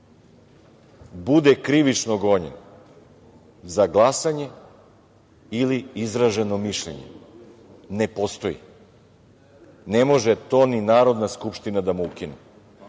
bude krivično gonjen za glasanje ili izraženo mišljenje. Ne postoji. Ne može to ne Narodna skupština da mu ukine.